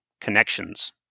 connections